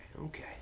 Okay